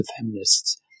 feminists